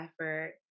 effort